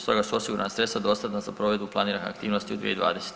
Stoga su osigurana sredstva dostatna za provedbu planirane aktivnosti u 2020.